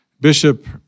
Bishop